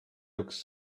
looks